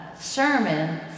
sermon